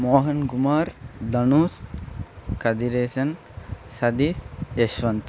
மோகன் குமார் தனுஸ் கதிரேசன் சதீஸ் யஷ்வந்த்